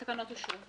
התקנות אושרו.